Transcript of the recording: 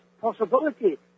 possibility